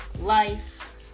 life